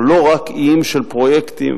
או לא רק איים של פרויקטים,